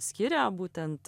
skiria būtent